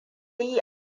yi